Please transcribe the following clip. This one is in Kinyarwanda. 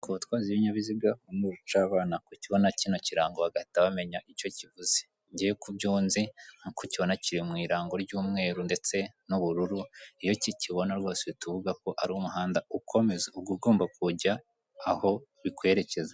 Ku batwazi b'ibinyabiziga uru ni urucabana kukibona kino kirango bagahita bamenya icyo kivuze. Ngew kubyo nzi nkuko ukibona kiri mu irango ry'umweru ndetse n'ubururu, iyo ukikibona rwose uhita uvuga ko ari umuhanda ukomeza ugomba kujya aho urikwerekeza.